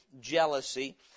jealousy